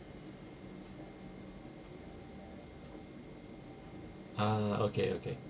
ah okay okay